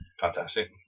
Fantastic